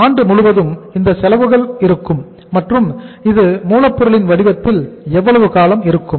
ஆண்டு முழுவதும் இந்த செலவுகள் இருக்கும் மற்றும் இது மூலப்பொருளின் வடிவத்தில் எவ்வளவு காலம் இருக்கும்